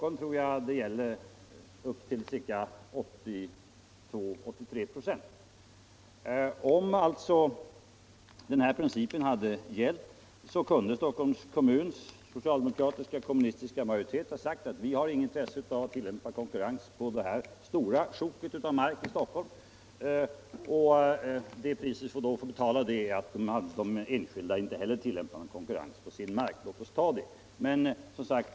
Jag tror att det kommunala markinnehavet i Stockholm ligger på 82 eller 83 926. Om den principen hade gällt kunde Stockholms kommun alltså med socialdemokratisk och kommunistisk majoritet ha sagt: Vi har inget intresse av att tillämpa konkurrens på det här stora sjoket av mark i Stockholm, och det pris som vi då får betala är att inte heller kräva av de enskilda att de skall tillämpa någon konkurrens för sin mark.